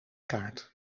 kaart